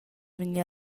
vegnir